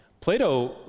Plato